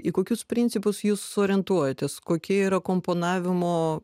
į kokius principus jūs orientuojatės kokie yra komponavimo